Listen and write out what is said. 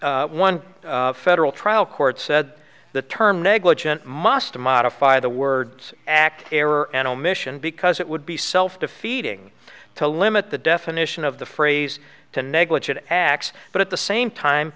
the one federal trial court said the term negligent must modify the words acts error and omission because it would be self defeating to limit the definition of the phrase to negligent acts but at the same time